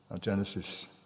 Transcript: Genesis